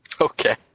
Okay